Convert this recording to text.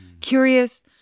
curious